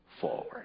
forward